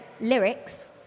lyrics